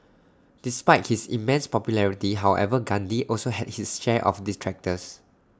despite his immense popularity however Gandhi also had his share of detractors